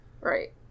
Right